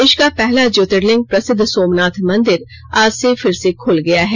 देश का पहला ज्योतिर्लिंग प्रसिद्ध सोमनाथ मंदिर आज से फिर से खुल गया है